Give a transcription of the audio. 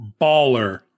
Baller